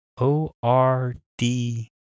O-R-D-